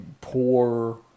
poor